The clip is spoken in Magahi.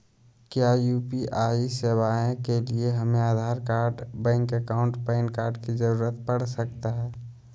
क्या यू.पी.आई सेवाएं के लिए हमें Aadhaar card bank account PAN card की जरूरत पड़ सकता है?